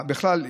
בכלל,